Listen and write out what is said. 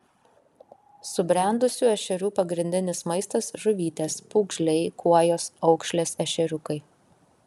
subrendusių ešerių pagrindinis maistas žuvytės pūgžliai kuojos aukšlės ešeriukai